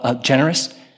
generous